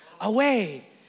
away